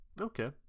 okay